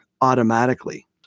automatically